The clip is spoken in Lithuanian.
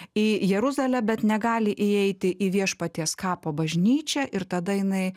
į jeruzalę bet negali įeiti į viešpaties kapo bažnyčią ir tada jinai